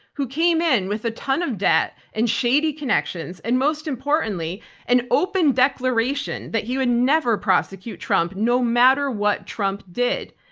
who came in with a ton of debt and shady connections, and most importantly an open declaration that he would never prosecute trump no matter what trump did.